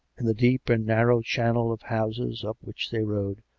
in the deep and narrow chan nel of houses up which they rode,